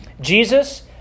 Jesus